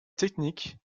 technique